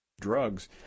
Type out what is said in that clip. drugs